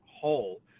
whole